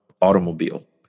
automobile